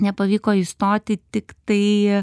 nepavyko įstoti tiktai